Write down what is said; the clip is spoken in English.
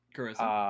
Carissa